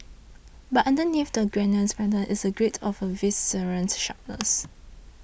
but underneath the genial banter is a great of a visceral sharpness